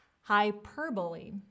Hyperbole